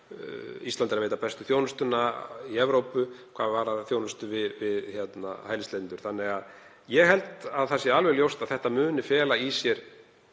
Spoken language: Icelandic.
Ísland veitir bestu þjónustuna í Evrópu hvað varðar þjónustu við hælisleitendur. Þannig að ég held að það sé alveg ljóst að þetta muni fela í sér